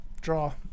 draw